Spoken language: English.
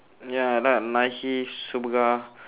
ya I like nike superga